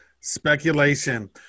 speculation